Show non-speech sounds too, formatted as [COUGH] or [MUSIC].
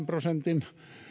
[UNINTELLIGIBLE] prosentin